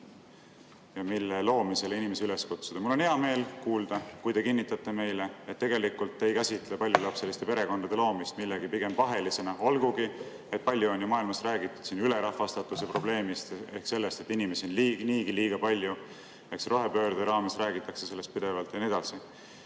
ja mille loomisele inimesi üles kutsuda. Mul on hea meel kuulda, kui te kinnitate meile, et tegelikult te ei käsitle paljulapseliste perekondade loomist millegi pigem pahelisena, olgugi et palju on räägitud maailma ülerahvastatuse probleemist ehk sellest, et inimesi on niigi liiga palju. Eks rohepöörde raames räägitakse pidevalt, et